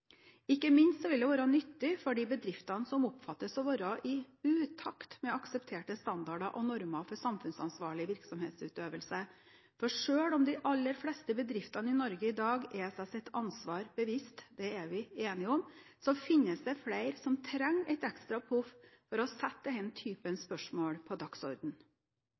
utakt med aksepterte standarder og normer for samfunnsansvarlig virksomhetsutøvelse. For selv om de aller fleste bedrifter i Norge i dag er seg sitt ansvar bevisst – det er vi enige om – finnes det flere som trenger et ekstra puff for å sette denne typen spørsmål på